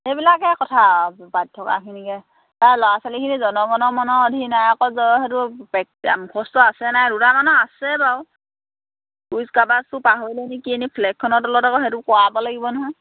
সেইবিলাকে কথা আৰু পাতি থকাখিনিকে আৰু ল'ৰা ছোৱালীখিনিক জনগণমন অধিনায়ক জয় হেটো মুখস্থ আছে নাই দুটামানৰ আছে বাৰু কুইচ কাবাজটো পাহৰিলে নেকি এনেই ফ্লেগখনৰ তলত আকৌ সেইটো কৰাব লাগিব নহয়